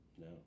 No